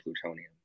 plutonium